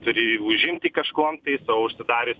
turi užimti kažkuom tai sau užsidaręs